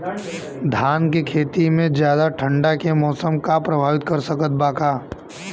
धान के खेती में ज्यादा ठंडा के मौसम का प्रभावित कर सकता बा?